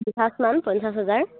বিঘাত ল'ম পঞ্চাছ হাজাৰ